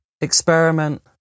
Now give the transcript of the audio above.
experiment